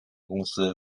公司